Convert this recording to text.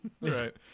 Right